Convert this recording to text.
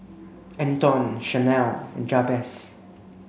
Antone Shanelle and Jabez